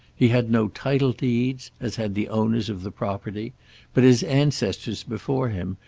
he had no title deeds, as had the owners of the property but his ancestors before him,